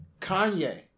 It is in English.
Kanye